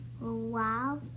Wow